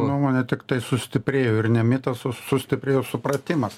nuomonė tiktai sustiprėjo ir ne mitas o sustiprėjo supratimas